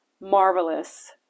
marvelous